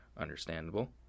Understandable